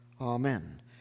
Amen